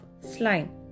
slime